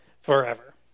forever